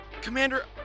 Commander